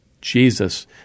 Jesus